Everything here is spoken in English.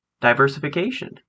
diversification